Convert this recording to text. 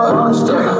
monster